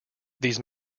these